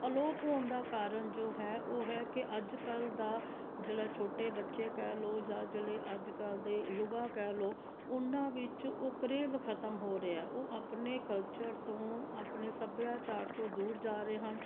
ਅਲੋਪ ਹੋਣ ਦਾ ਕਾਰਨ ਜੋ ਹੈ ਉਹ ਹੈ ਕਿ ਅੱਜ ਕੱਲ੍ਹ ਦਾ ਜਿਹੜਾ ਛੋਟੇ ਬੱਚੇ ਕਹਿ ਲਉ ਜਾਂ ਜਿਹੜੇ ਅੱਜ ਕੱਲ੍ਹ ਦੇ ਯੁਵਾ ਕਹਿ ਲਉ ਉਹਨਾਂ ਵਿੱਚ ਉਹ ਕਰੇਜ਼ ਖਤਮ ਹੋ ਰਿਹਾ ਉਹ ਆਪਣੇ ਕਲਚਰ ਤੋਂ ਆਪਣੇ ਸੱਭਿਆਚਾਰ ਤੋਂ ਦੂਰ ਜਾ ਰਹੇ ਹਨ